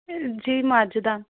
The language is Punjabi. ਜੀ ਮੱਝ ਦਾ